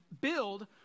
build